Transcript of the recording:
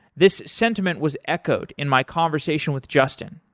this sentiment was echoed in my conversation with justin.